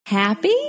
Happy